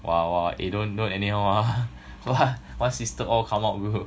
!wah! !wah! eh don't don't anyhow ah !wah! !wah! one sister all come out bro